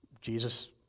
Jesus